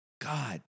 God